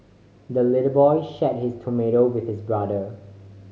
the little boy shared his tomato with his brother